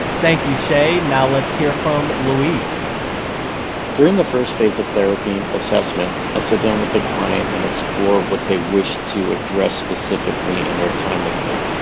thank you, shay. now let's hear from luis during the first phase of therapy assessment, i sit down with the client and explore what they wish to address specifically in their time with me.